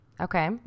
Okay